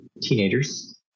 teenagers